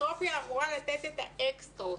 פילנתרופיה אמורה לתת את האקסטרות.